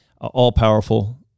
all-powerful